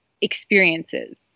experiences